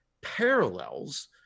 parallels